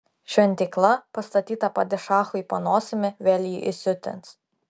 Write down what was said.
šventykla pastatyta padišachui po nosimi vėl jį įsiutins